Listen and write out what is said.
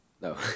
No